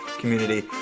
community